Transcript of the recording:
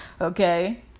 okay